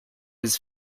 his